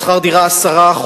משכר הדירה הוא 10%,